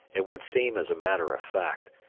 it would seem, as a matter of fact,